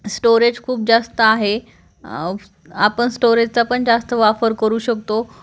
storage खूप जास्त आहे आपण स्टोरेजचा पण जास्त वापर करू शकतो